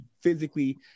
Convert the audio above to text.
physically